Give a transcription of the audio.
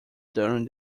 during